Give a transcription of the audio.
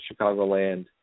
Chicagoland